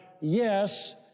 yes